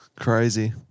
Crazy